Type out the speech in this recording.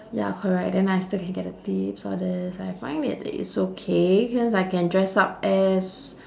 ya correct then I still can get the tips all this I find it it's okay cause I can dress up as